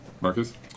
Marcus